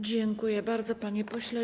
Dziękuję bardzo, panie pośle.